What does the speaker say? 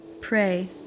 pray